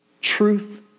Truth